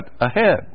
ahead